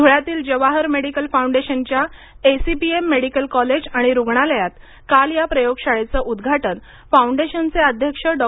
धुळ्यातील Jawahar medical फाउंडेशनच्या ACPM medical college आणि रुग्णालयात काल या प्रयोगशाळेचं उदघाटन फाउंडेशनचे अध्यक्ष डॉ